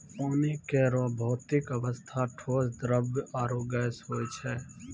पानी केरो भौतिक अवस्था ठोस, द्रव्य आरु गैस होय छै